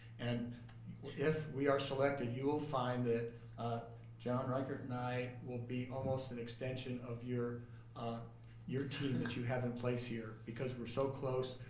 and if we are selected you will find that john reichert and i will be almost an extension of your your team that you have in place here because we're so close,